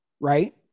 right